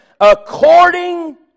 according